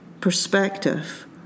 perspective